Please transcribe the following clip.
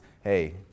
hey